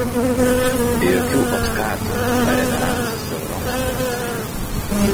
be jokių otkatų ar reveransų siauroms interesų grupėms